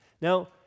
Now